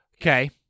Okay